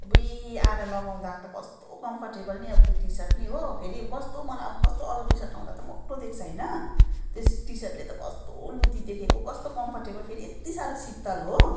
अब्बुई आएर लगाउँदा त कस्तो कम्फोर्टेबल नि अब त्यो टी सर्ट नि हो फेरि कस्तो मलाई अब कस्तो अरू टी सर्ट लाउँदा त मोटो देख्छ होइन त्यो टी सर्टले त कस्तो लुती देखेको कस्तो कम्फोर्टेबल फेरि यत्ति साह्रो शीतल हो